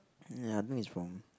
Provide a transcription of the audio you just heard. ya I think it's wrong